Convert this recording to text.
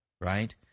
right